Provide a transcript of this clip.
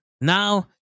Now